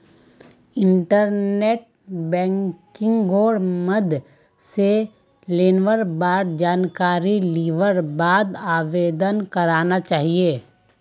internet बैंकिंगेर मदद स लोनेर बार जानकारी लिबार बाद आवेदन करना चाहिए